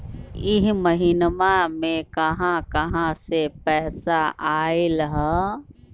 इह महिनमा मे कहा कहा से पैसा आईल ह?